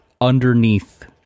underneath